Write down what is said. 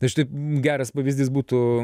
tai aš taip geras pavyzdys būtų